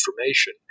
information